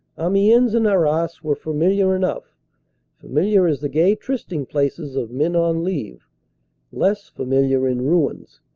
amiens and arras were familiar enough familiar as the gay trysting places of men on leave less familiar in ruins.